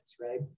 right